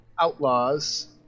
Outlaws